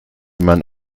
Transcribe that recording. man